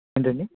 ఏంటండి